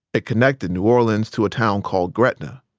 it connected new orleans to a town called gretna.